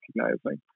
recognizing